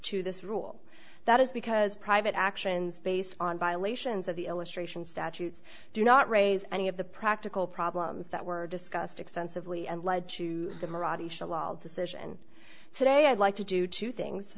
to this rule that is because private actions based on violations of the illustration statutes do not raise any of the practical problems that were discussed extensively and led to the decision today i'd like to do two things